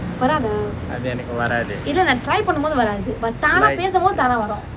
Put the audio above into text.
அது எனக்கு வராது:athu enakku varaathu like